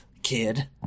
kid